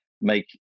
make